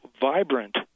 vibrant